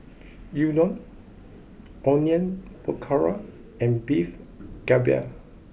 Udon Onion Pakora and Beef Galbi